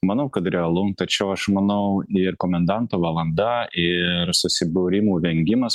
manau kad realu tačiau aš manau ir komendanto valanda ir susibūrimų vengimas